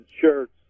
shirts